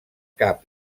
cap